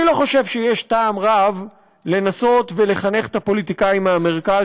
אני לא חושב שיש טעם רב לנסות ולחנך את הפוליטיקאים מהמרכז,